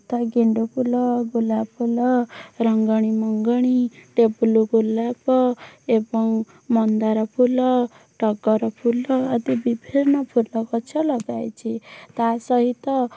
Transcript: ଗେଣ୍ଡୁ ଫୁଲ ଗୋଲାପ ଫୁଲ ରଙ୍ଗଣୀ ମଗଣି ଟେବୁଲ୍ ଗୋଲାପ ଏବଂ ମନ୍ଦାର ଫୁଲ ଟଗର ଫୁଲ ଆଦି ବିଭିନ୍ନ ଫୁଲଗଛ ଲଗାଇଛି ତା' ସହିତ ଛୋଟ ଛୋଟ